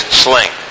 sling